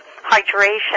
hydration